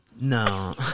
No